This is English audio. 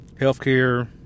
healthcare